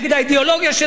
נגד האידיאולוגיה שלנו?